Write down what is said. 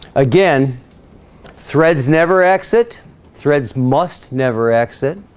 again threads never exit threads must never exit